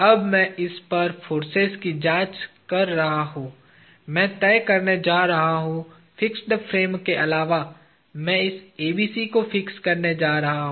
जब मैं इस पर फोर्सेज की जांच कर रहा हूं मैं तय करने जा रहा हूं फिक्स्ड फ्रेम के अलावा मैं इस ABC को फिक्स करने जा रहा हूं